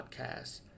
podcast